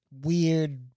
weird